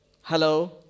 Hello